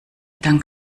dank